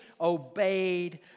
obeyed